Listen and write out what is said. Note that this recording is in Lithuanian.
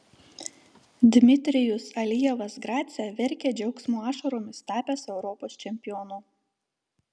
dmitrijus alijevas grace verkė džiaugsmo ašaromis tapęs europos čempionu